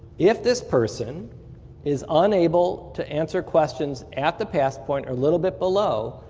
if this person is unable to answer questions at the pass point or a little bit below,